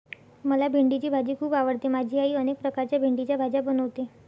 मला भेंडीची भाजी खूप आवडते माझी आई अनेक प्रकारच्या भेंडीच्या भाज्या बनवते